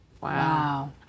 Wow